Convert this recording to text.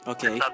Okay